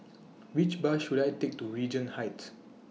Which Bus should I Take to Regent Heights